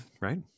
right